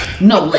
No